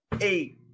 eight